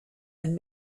and